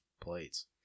plates